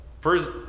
First